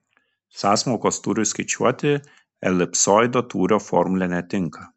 sąsmaukos tūriui skaičiuoti elipsoido tūrio formulė netinka